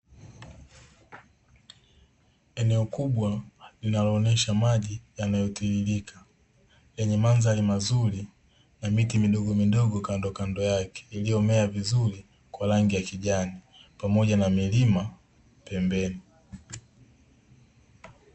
Eneo kubwa linaloonyesha maji yanayotiririka lenye mandhari mazuri na miti midogomidogo, kando yake kuna mimea iliyomea vizuri kwa rangi ya kijani pamoja na milima pembeni.